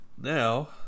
Now